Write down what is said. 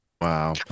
wow